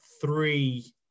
three